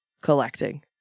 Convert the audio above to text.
collecting